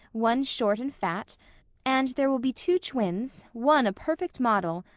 one short and fat and there will be two twins, one a perfect model,